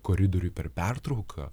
koridoriuj per pertrauką